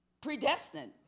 predestined